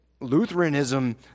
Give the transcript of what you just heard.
Lutheranism